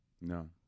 No